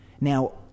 Now